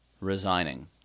resigning